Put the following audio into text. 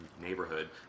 neighborhood